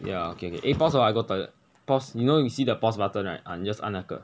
ya okay okay eh pause a while I go toilet pause you know you see the pause button right just 按那个